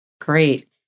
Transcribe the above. Great